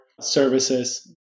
services